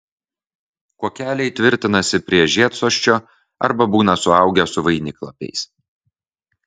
kuokeliai tvirtinasi prie žiedsosčio arba būna suaugę su vainiklapiais